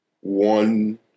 one